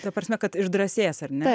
ta prasme kad išdrąsės ar ne